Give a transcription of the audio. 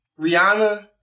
Rihanna